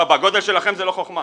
בגודל שלכם זה לא חוכמה.